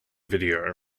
video